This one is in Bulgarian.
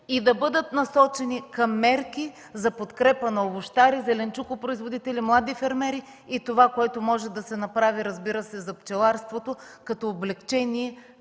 и да бъдат насочени към мерки за подкрепа на овощари, зеленчукопроизводители, млади фермери и това, което може да се направи за пчеларството, като облекчение